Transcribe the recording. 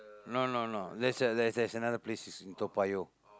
no no no there's a there's there's another place is in Toa-Payoh